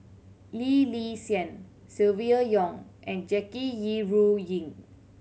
Lee Li Silvia Yong and Jackie Yi Ru Ying